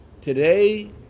today